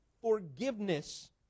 forgiveness